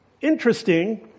Interesting